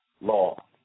law